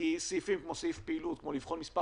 סעיף כמו סעיף פעילות או בחינה של מספר